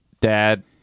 dad